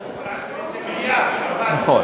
נכון.